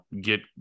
get